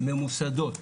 ממוסדות,